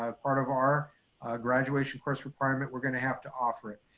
ah part of our graduation course requirement, we're gonna have to offer it.